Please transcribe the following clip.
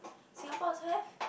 Singapore also have